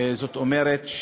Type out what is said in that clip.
זאת אומרת,